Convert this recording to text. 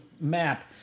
map